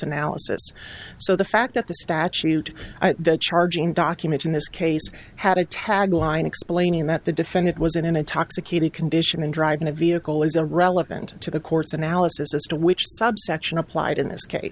analysis so the fact that the statute the charging document in this case had a tagline explaining that the defendant was in an intoxicated condition and driving a vehicle is irrelevant to the court's analysis as to which subsection applied in this case